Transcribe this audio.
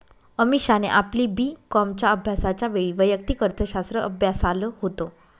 अमीषाने आपली बी कॉमच्या अभ्यासाच्या वेळी वैयक्तिक अर्थशास्त्र अभ्यासाल होत